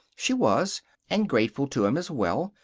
she was and grateful to him, as well.